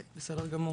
בסדר גמור.